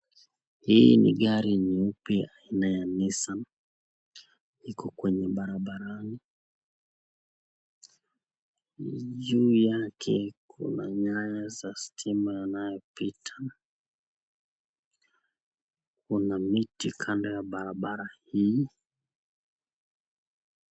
Hii ni gari nyeupe aina ya Nissan iko kwenye barabarani. Juu yake kuna nyaya za stima inayopita. Kuna miti kando ya barabara hii.